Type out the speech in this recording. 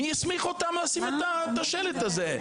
מי הסמיך אותם לשים את השלט הזה?